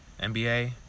NBA